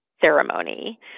ceremony